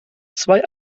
zwei